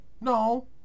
no